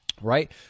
right